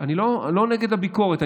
אני לא נגד הביקורת,